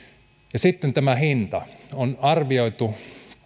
ja sitten tämä hinta on arvioitu